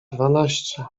dwanaście